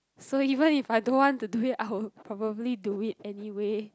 so even if I don't want to do it I would probably do it anyway